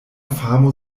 famo